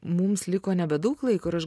mums liko nebedaug laiko ir aš